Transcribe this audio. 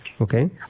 okay